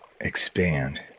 expand